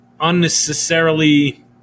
unnecessarily